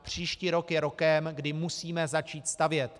Příští rok je rokem, kdy musíme začít stavět.